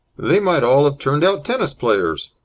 they might all have turned out tennis-players!